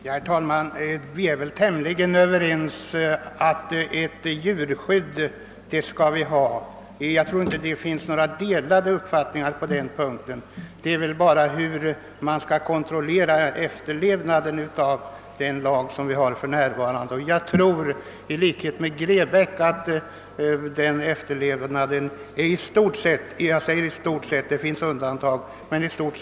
Herr talman! Vi är väl ganska överens om att vi skall ha ett djurskydd. Jag tror inte det finns några delade meningar på den punkten. Frågan gäller hur man skall kontrollera efterlevnaden av den lag som vi har för närvarande. Jag tror i likhet med herr Grebäck att den efterlevnaden i stort sett — jag säger i stort sett, ty det finns undantag — är bra.